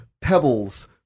Pebbles